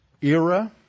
Era